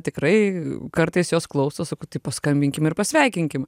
tikrai kartais jos klausos paskambinkim ir pasveikinkim